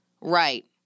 Right